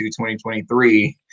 2023